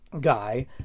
guy